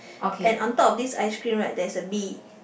and on top of this ice cream right there is a bee